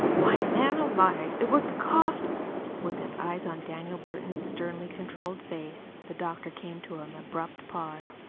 why, man, alive, it would cost with his eyes on daniel burton's sternly controlled face, the doctor came to an abrupt pause.